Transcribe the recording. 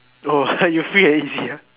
oh you free and easy ah